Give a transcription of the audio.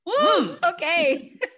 okay